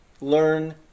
Learn